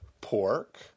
pork